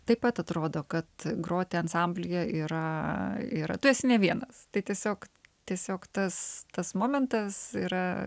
taip pat atrodo kad groti ansamblyje yra yra tu esi ne vienas tai tiesiog tiesiog tas tas momentas yra